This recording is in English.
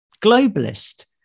Globalist